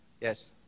Yes